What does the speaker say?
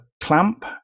clamp